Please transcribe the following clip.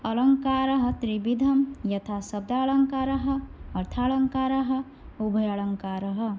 अलङ्कारः त्रिविधः यथा शब्दालङ्कारः अर्थालङ्कारः उभयालङ्कारः